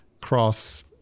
cross